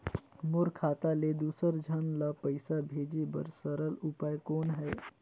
मोर खाता ले दुसर झन ल पईसा भेजे बर सरल उपाय कौन हे?